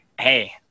hey